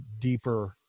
deeper